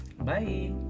bye